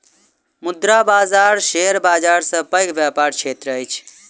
मुद्रा बाजार शेयर बाजार सॅ पैघ व्यापारक क्षेत्र अछि